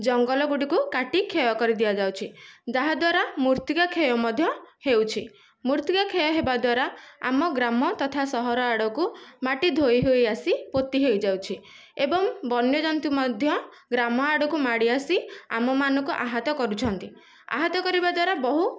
ଜଙ୍ଗଲ ଗୁଡ଼ିକୁ କାଟି କ୍ଷୟ କରି ଦିଆଯାଉଛି ଯାହାଦ୍ୱାରା ମୃତ୍ତିକା କ୍ଷୟ ମଧ୍ୟ ହେଉଛି ମୃତ୍ତିକା କ୍ଷୟ ହେବା ଦ୍ଵାରା ଆମ ଗ୍ରାମ ତଥା ସହର ଆଡ଼କୁ ମାଟି ଧୋଇ ହୋଇ ଆସି ପୋତି ହୋଇ ଯାଉଛି ଏବଂ ବନ୍ୟଜନ୍ତୁ ମଧ୍ୟ ଗ୍ରାମ ଆଡ଼କୁ ମାଡ଼ି ଆସି ଆମମାନଙ୍କୁ ଆହତ କରୁଛନ୍ତି ଆହତ କରିବା ଦ୍ଵାରା ବହୁ